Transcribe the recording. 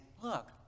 look